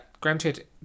Granted